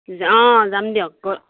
অ যাম দিয়ক